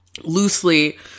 loosely